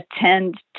attend